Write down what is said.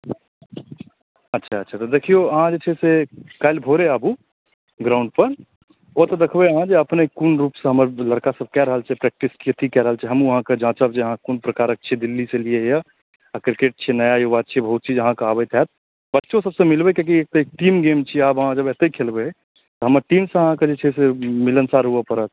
अच्छा अच्छा तऽ देखिऔ अहाँ जे छै से काल्हि भोरे आबू ग्राउण्डपर ओ तऽ देखबै अहाँ जे अपने कोन रूपमे हमर लड़कासभ कऽ रहल छै प्रैक्टिस के की रहल छै हमहूँ अहाँके जाँचब जे अहाँ कोन प्रकारके छिए दिल्लीसँ एलिए हँ आओर किरकेट छिए नया युवा छिए बहुत चीज अहाँके आबै हैत बच्चोसभसँ मिलै कियाकि ई टीम गेम छिए आब अहाँ जहन एतहि खेलबै हमर टीमसँ अहाँके जे छै मिलनसार हुअ पड़त